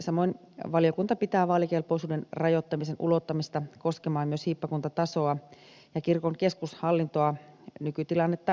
samoin valiokunta pitää vaalikelpoisuuden rajoittamisen ulottamista koskemaan myös hiippakuntatasoa ja kirkon keskushallintoa nykytilannetta selkeyttävänä vaihtoehtona